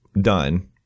done